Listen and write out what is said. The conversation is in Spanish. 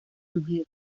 mujer